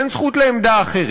אין זכות לעמדה אחרת.